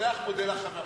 התפתח עכשיו מודל אחר: